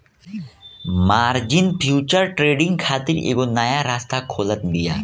margin future trading खातिर एगो नया रास्ता खोलत बिया